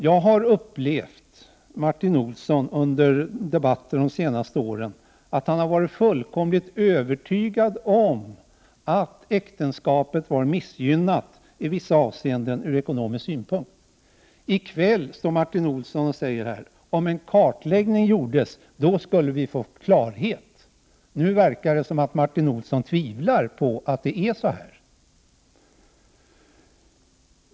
Jag har uppfattat Martin Olsson så i de senaste årens debatter att han är fullkomligt övertygad om att äktenskapet är missgynnat i vissa avseenden ur ekonomisk synpunkt. I kväll står Martin Olsson här och säger: Om en kartläggning gjordes, skulle vi få klarhet. Nu verkar det som om Martin Olsson tvivlar på att det är som han hävdar i motionen.